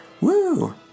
Woo